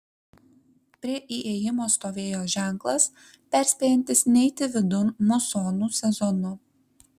prie įėjimo stovėjo ženklas perspėjantis neiti vidun musonų sezonu